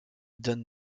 donne